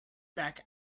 back